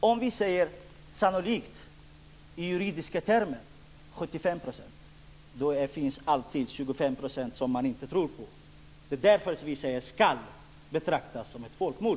Om vi säger "sannolikt" innebär det i juridiska termer att det är 75 % sant, och då finns alltid 25 % som man inte tror på. Det är därför vi säger "skall" betraktas som ett folkmord.